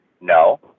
No